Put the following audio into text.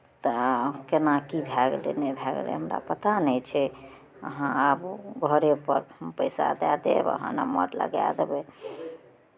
तऽ केना की भए गेलै नहि भए गेलै हमरा पता नहि छै अहाँ आबू घरेपर हम पैसा दए देब अहाँ नम्बर लगाए देबै